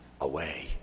away